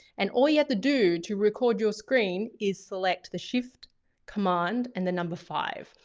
and all you have to do to record your screen is select the shift command and the number five.